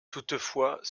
toutefois